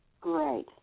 great